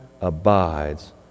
abides